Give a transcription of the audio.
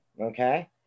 Okay